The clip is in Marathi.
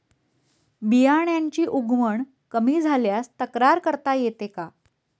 बियाण्यांची उगवण कमी झाल्यास तक्रार करता येते का?